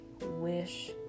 wish